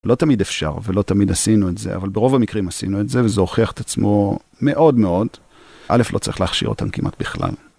לא תמיד אפשר, ולא תמיד עשינו את זה, אבל ברוב המקרים עשינו את זה, וזה הוכיח את עצמו מאוד מאוד. א', לא צריך להכשיר אותם כמעט בכלל.